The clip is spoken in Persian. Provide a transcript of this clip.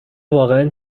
واقعا